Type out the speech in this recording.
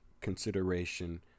consideration